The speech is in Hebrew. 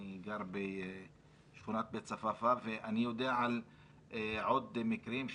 אני גר בשכונת בית צפאפא ואני יודע על עוד מקרים,